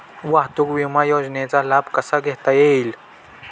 वाहतूक विमा योजनेचा लाभ कसा घेता येईल?